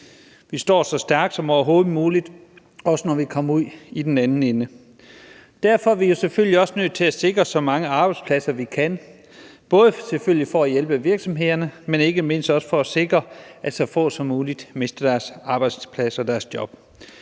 vi står så stærkt som overhovedet muligt, også når vi kommer ud på den anden side. Derfor er vi jo selvfølgelig også nødt til at sikre så mange arbejdspladser, som vi kan, både for at hjælpe virksomhederne, men ikke mindst også for at sikre, at så få som muligt mister deres arbejdsplads og deres job.